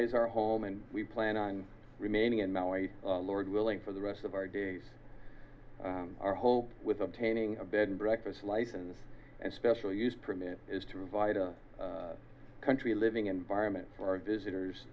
is our home and we plan on remaining in maui lord willing for the rest of our days our hope with obtaining a bed and breakfast license and special use permit is to provide a country living environment for our visitors